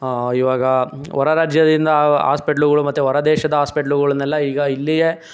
ಈವಾಗ ಹೊರ ರಾಜ್ಯದಿಂದ ಓಸ್ಪಿಟಲ್ಗಳು ಮತ್ತೆ ಹೊರ ದೇಶದ ಹಾಸ್ಪಿಟಲ್ಗಳನ್ನೆಲ್ಲ ಈಗ ಇಲ್ಲಿಗೆ